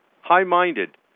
high-minded